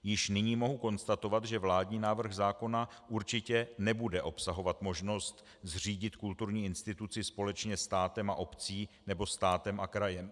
Již nyní mohu konstatovat, že vládní návrh zákona určitě nebude obsahovat možnost zřídit kulturní instituci společně státem a obcí nebo státem a krajem.